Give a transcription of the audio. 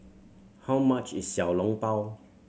how much is Xiao Long Bao